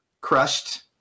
Crushed